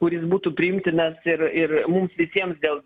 kuris būtų priimtinas ir ir mums visiems dėl